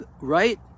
right